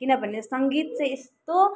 किनभने सङ्गीत चाहिँ यस्तो